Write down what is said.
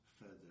further